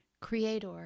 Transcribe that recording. creator